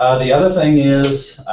ah the other thing is,